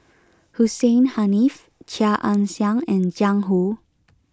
Hussein Haniff Chia Ann Siang and Jiang Hu